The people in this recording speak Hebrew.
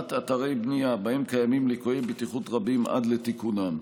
סגירת אתרי בנייה שבהם קיימים ליקויי בטיחות רבים עד לתיקונם.